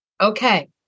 Okay